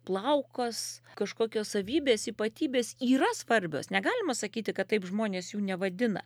plaukas kažkokios savybės ypatybės yra svarbios negalima sakyti kad taip žmonės jų nevadina